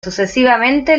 sucesivamente